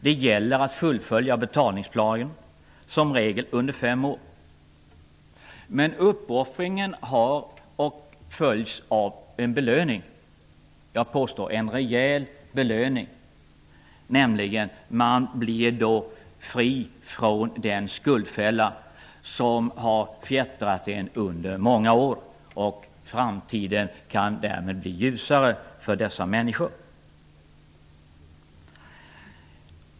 Det gäller att fullfölja betalningsplanen, som regel under fem år. Men uppoffringen följs av en rejäl belöning, nämligen att man då blir fri från den skuldfälla som har fjättrat en under många år. Framtiden kan därmed bli ljusare för dessa människor.